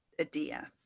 idea